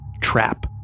trap